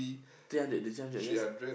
three hundred there's three hundred yes